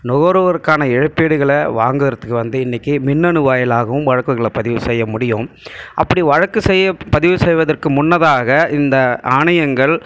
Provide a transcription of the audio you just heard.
நுகர்வோருக்கான இழப்பீடுகள வாங்கிறத்துக்கு வந்து இன்னிக்கு மின்னணு வாயிலாகவும் வழக்குகளை பதிவு செய்ய முடியும் அப்படி வழக்கு செய்ய பதிவு செய்வதற்கு முன்னதாக இந்த ஆணையங்கள்